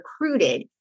recruited